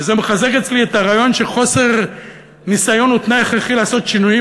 וזה מחזק אצלי את הרעיון שחוסר ניסיון הוא תנאי הכרחי לעשות שינויים,